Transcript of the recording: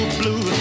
blue